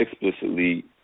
explicitly